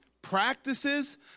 practices